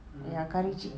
mm okay